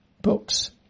books